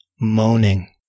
moaning